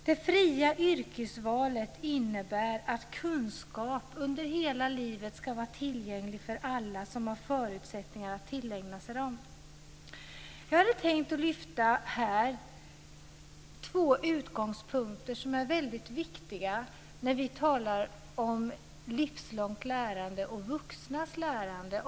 Det fria yrkesvalet innebär att kunskaper under hela livet ska vara tillgängliga för alla som har förutsättningar att tillägna sig dem. Jag vill här lyfta fram två utgångspunkter som är väldigt viktiga när vi talar om livslångt lärande och om vuxnas lärande.